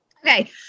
okay